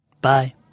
Bye